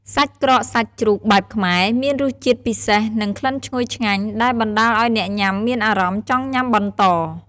សាច់ក្រកសាច់ជ្រូកបែបខ្មែរ មានរសជាតិពិសេស និងក្លិនឈ្ងុយឆ្ងាញ់ ដែលបណ្តាលឱ្យអ្នកញ៉ាំមានអារម្មណ៍ចង់ញ៉ាំបន្ត។